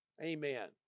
Amen